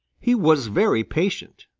he was very patient,